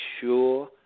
sure